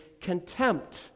contempt